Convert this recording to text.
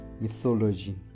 mythology